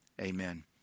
Amen